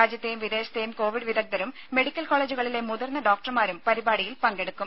രാജ്യത്തെയും വിദേശത്തെയും കോവിഡ് വിദഗ്ദ്ധരും മെഡിക്കൽ കോളേജുകളിലെ മുതിർന്ന ഡോക്ടർമാരും പരിപാടിയിൽ പങ്കെടുക്കും